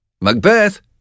Macbeth